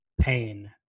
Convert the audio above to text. Pain